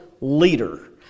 leader